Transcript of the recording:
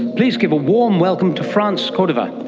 please give a warm welcome to france cordova.